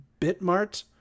BitMart